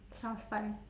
sounds fun